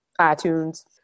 iTunes